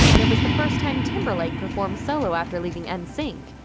and it was the first time timberlake performed solo after leaving and nsync.